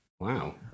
Wow